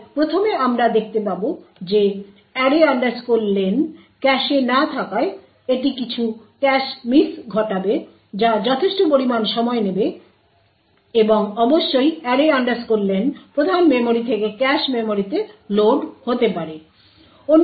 তাই প্রথমে আমরা দেখতে পাব যে array len ক্যাশে না থাকায় এটি কিছু ক্যাশ মিস ঘটাবে যা যথেষ্ট পরিমাণ সময় নেবে এবং অবশ্যই array len প্রধান মেমরি থেকে ক্যাশ মেমরিতে লোড হতে পারে